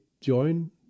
join